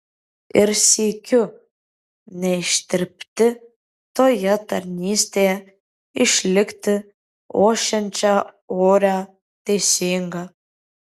ir sykiu neištirpti toje tarnystėje išlikti ošiančia oria teisinga